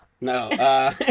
No